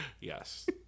Yes